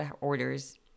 orders